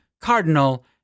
cardinal